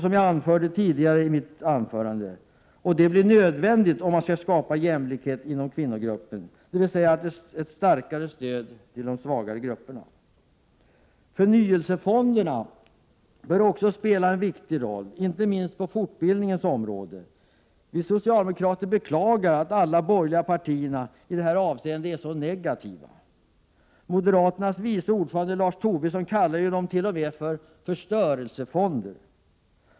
Som jag anförde tidigare i mitt anförande, är det nödvändigt för att skapa jämlikhet inom kvinnogruppen att ett starkare stöd ges till de svagare. Förnyelsefonderna bör också kunna spela en viktig roll — inte minst på fortbildningens område. Vi socialdemokrater beklagar att alla borgerliga partier i detta avseende är så negativa. Moderaternas vice ordförande, Lars Tobisson, kallade dem t.o.m. för förstörelsefonder.